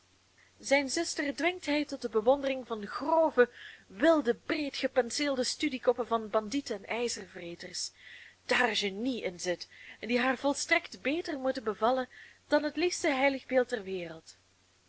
zijn zuster dwingt hij tot de bewondering van grove wilde breedgepenseelde studiekoppen van bandieten en ijzervreters daar genie in zit en die haar volstrekt beter moeten bevallen dan het liefste heiligbeeld der wereld